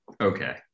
okay